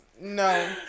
No